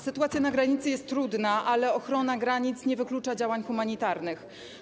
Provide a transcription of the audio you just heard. Sytuacja na granicy jest trudna, ale ochrona granic nie wyklucza działań humanitarnych.